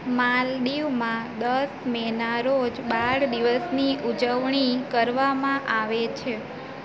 માલદીવમાં દસ મેના રોજ બાળ દિવસની ઉજવણી કરવામાં આવે છે